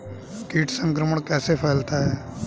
कीट संक्रमण कैसे फैलता है?